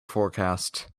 forecast